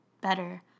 better